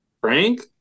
Frank